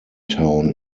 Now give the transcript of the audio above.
town